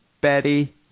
Betty